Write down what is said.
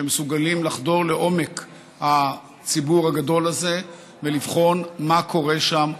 שמסוגלים לחדור לעומק הציבור הגדול הזה ולבחון מה קורה שם ולמה,